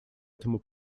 этому